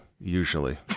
usually